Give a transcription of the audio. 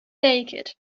naked